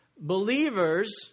Believers